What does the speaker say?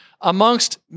amongst